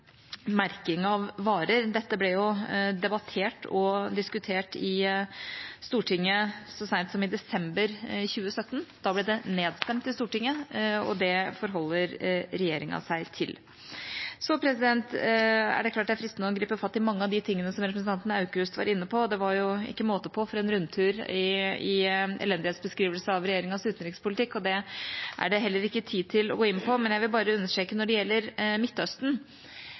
merking av varer: Dette ble debattert og diskutert i Stortinget så sent som i desember 2017. Da ble det nedstemt i Stortinget, og det forholder regjeringa seg til. Det er fristende å gripe fatt i mange av de tingene som representanten Aukrust var inne på. Det var ikke måte på hvilken rundtur i elendighetsbeskrivelse av regjeringas utenrikspolitikk det var, men det er det heller ikke tid til å gå inn på. Jeg vil bare understreke at når det gjelder Midtøsten,